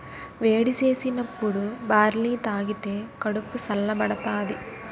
వేడి సేసినప్పుడు బార్లీ తాగిదే కడుపు సల్ల బడతాది